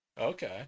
Okay